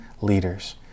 leaders